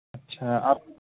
اچھا آپ